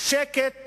שקט